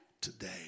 today